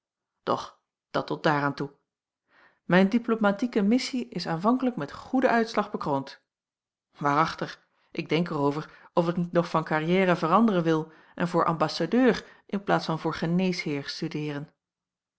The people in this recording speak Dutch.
doch dat tot daar aan toe mijn diplomatieke missie is aanvankelijk met goeden uitslag bekroond waarachtig ik denk er over of ik niet nog van carrière veranderen wil en voor ambassadeur in plaats van voor geneesheer studeeren